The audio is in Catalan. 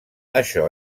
això